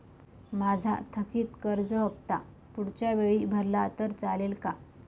माझा थकीत कर्ज हफ्ता पुढच्या वेळी भरला तर चालेल का?